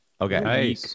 Okay